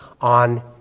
on